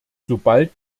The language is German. sobald